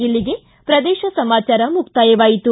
ಇಲ್ಲಿಗೆ ಪ್ರದೇಶ ಸಮಾಚಾರ ಮುಕ್ತಾಯವಾಯಿತು